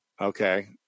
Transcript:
okay